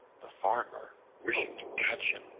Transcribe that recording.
the farmer, wishing to catch him,